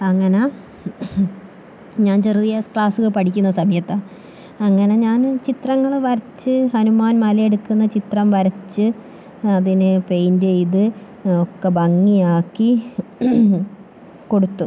അങ്ങനെ ഞാൻ ചെറിയ ക്ലാസിൽ പഠിക്കുന്ന സമയത്താണ് അങ്ങനെ ഞാനും ചിത്രങ്ങള് വരച്ച് ഹനുമാൻ മലയെടുക്കുന്ന ചിത്രം വരച്ച് അതിനെ പെയിന്റ് ചെയ്ത് ഒക്കെ ഭംഗിയാക്കി കൊടുത്തു